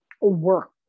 work